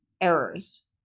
errors